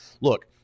look